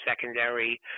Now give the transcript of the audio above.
secondary